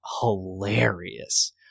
hilarious